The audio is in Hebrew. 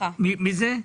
מי זה?